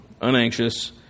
unanxious